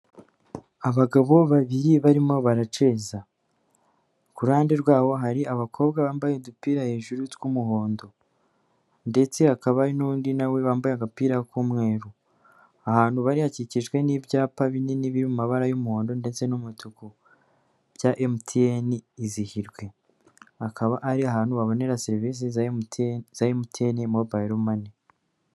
Abagabo babiri barimo baraceza, ku ruhande rwabo hari abakobwa bambaye udupira hejuru tw'umuhondo, ndetse hakaba hari n'undi nawe wambaye agapira k'umweru, ahantu bari hakikijwe n'ibyapa binini biri mu mabara y'umuhondo ndetse n'umutuku bya NTN izihirwe, akaba ari ahantu wabonera serivisi za MTN, za MTN mobayiro mani.